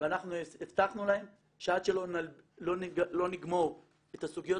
ואנחנו הבטחנו להם שעד שלא נגמור את הסוגיות